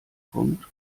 kommt